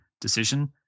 decision